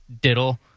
diddle